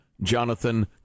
Jonathan